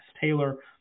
Taylor